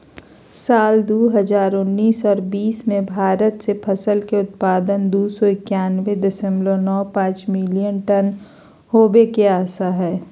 साल दू हजार उन्नीस आर बीस मे भारत मे फसल के उत्पादन दू सौ एकयानबे दशमलव नौ पांच मिलियन टन होवे के आशा हय